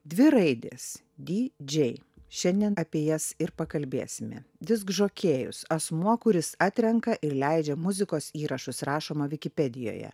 dvi raidės di džei šiandien apie jas ir pakalbėsime diskžokėjus asmuo kuris atrenka ir leidžia muzikos įrašus rašoma vikipedijoje